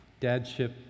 dadship